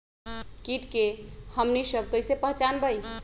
किट के हमनी सब कईसे पहचान बई?